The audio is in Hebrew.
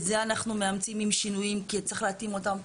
את זה אנחנו מאמצים עם שינויים כי צריך להתאים אותם.